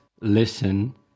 listen